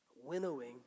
winnowing